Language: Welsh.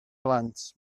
blant